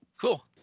Cool